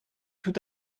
tout